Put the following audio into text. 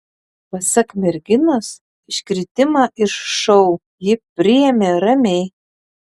pasak merginos iškritimą iš šou ji priėmė ramiai